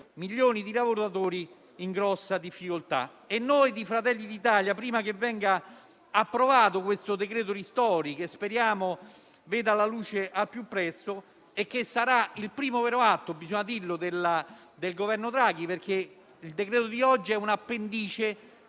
milioni di lavoratori in grave difficoltà. Noi di Fratelli d'Italia, prima che venga approvato il decreto ristori, che speriamo veda la luce al più presto e che sarà il primo vero atto del Governo Draghi, perché il decreto di oggi è un'appendice